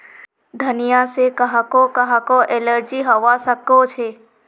धनिया से काहको काहको एलर्जी हावा सकअछे